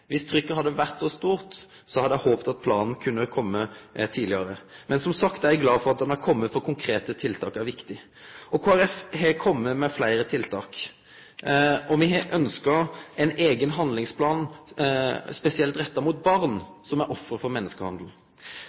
trykket har vore så stort, hadde eg håpt at planen kunne ha kome tidlegare. Men som sagt er eg glad for at han har kome, for konkrete tiltak er viktige. Kristeleg Folkeparti har kome med fleire forslag til tiltak. Me har ønskt ein eigen handlingsplan, spesielt retta mot barn som er offer for menneskehandel.